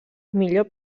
millor